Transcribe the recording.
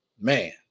man